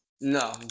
No